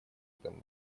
этому